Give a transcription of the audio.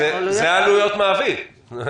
זה עלויות מעביד.